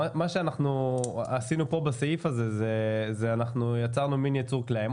מה שעשינו בסעיף הזה זה שיצרנו יצור כלאיים.